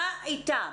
מה איתם?